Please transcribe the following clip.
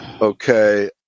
Okay